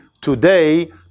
today